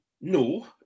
No